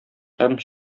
һәм